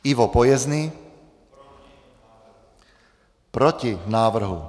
Ivo Pojezný: Proti návrhu.